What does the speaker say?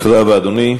תודה רבה, אדוני.